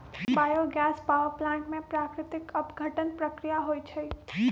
bio gas power plant में प्राकृतिक अपघटन प्रक्रिया होइ छइ